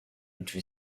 into